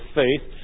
faith